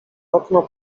okno